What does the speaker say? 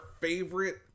favorite